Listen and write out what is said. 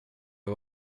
har